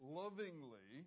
lovingly